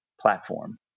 platform